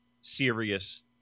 serious